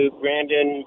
brandon